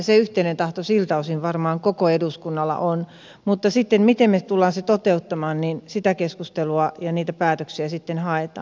se yhteinen tahto siltä osin varmaan koko eduskunnalla on mutta miten me tulemme sen toteuttamaan sitä keskustelua ja niitä päätöksiä sitten haetaan